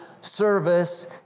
service